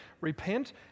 repent